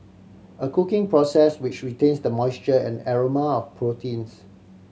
a cooking process which retains the moisture and aroma of proteins